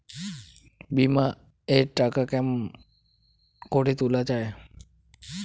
বিমা এর টাকা কেমন করি তুলা য়ায়?